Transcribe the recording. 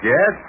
Yes